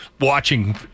watching